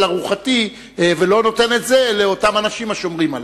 ארוחתי ולא נותן את זה לאותם אנשים השומרים עלי.